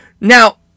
Now